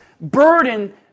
burden